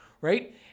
right